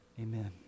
Amen